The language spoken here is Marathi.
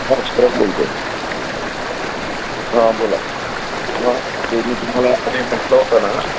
हां शरद बोलतो आहे हां बोला हां ते मी तुम्हाला मागे म्हटलं होतं ना